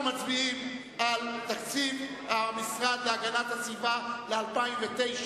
אנחנו מצביעים על תקציב המשרד להגנת הסביבה לשנת 2009,